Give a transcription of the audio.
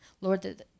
Lord